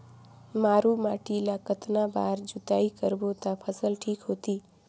मारू माटी ला कतना बार जुताई करबो ता फसल ठीक होती?